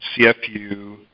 CFU